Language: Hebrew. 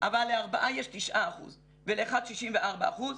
אבל לארבעה יש 9% ולאחד 64%,